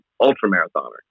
ultra-marathoner